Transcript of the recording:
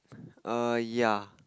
err ya